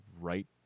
right